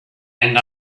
and